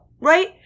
right